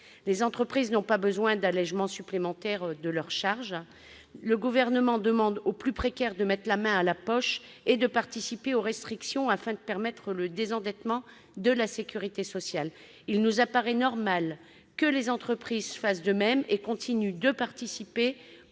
Les entreprises n'ont pas besoin d'allégements supplémentaires de leurs charges. Le Gouvernement demande aux plus précaires de mettre la main à la poche et de participer aux restrictions afin de permettre le désendettement de la sécurité sociale. Il nous paraît normal que les entreprises fassent de même et continuent de participer